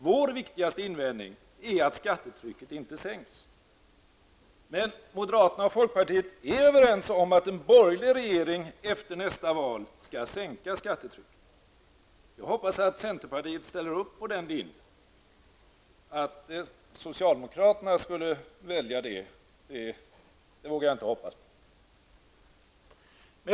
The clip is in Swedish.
Vår viktigaste invändning är att skattetrycket inte sänks. Men moderaterna och folkpartiet är överens om att en borgerlig regering efter nästa val skall sänka skattetrycket. Jag hoppas att centerpartiet ställer upp på den linjen. Att socialdemokraterna skulle göra det vågar jag inte hoppas på.